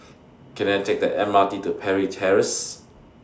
Can I Take The M R T to Parry Terrace